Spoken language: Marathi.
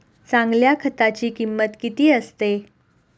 चांगल्या खताची किंमत किती असते?